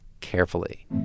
carefully